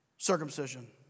circumcision